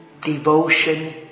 Devotion